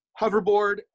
hoverboard